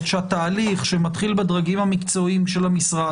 שהתהליך מתחיל בדרגים המקצועיים של המשרד,